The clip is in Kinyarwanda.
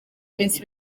iminsi